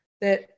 that-